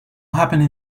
happened